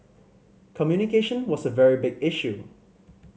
communication was a very big issue